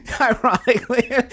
Ironically